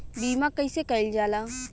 बीमा कइसे कइल जाला?